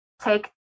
take